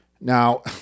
now